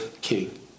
king